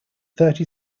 thirty